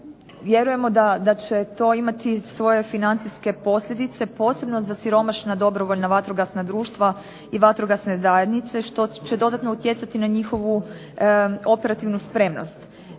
Vjerujemo da će to imati svoje financijske posljedice, posebno za siromašna dobrovoljna vatrogasna društva i vatrogasne zajednice što će dodatno utjecati na njihovu operativnu spremnost.